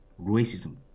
racism